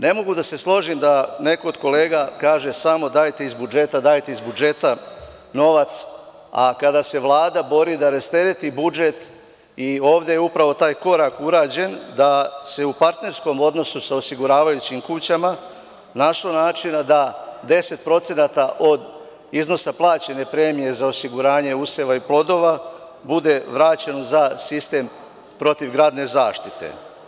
Ne mogu da se složim da neko od kolega kaže - samo dajte iz budžeta, dajte iz budžeta novac, a kada se Vlada bori da rastereti budžet i ovde je upravo taj korak urađen, da se u partnerskom odnosu sa osiguravajućim kućama našlo načina da 10% od iznosa plaćene premije za osiguranje useva i plodova bude vraćen za sistem protivgradne zaštite.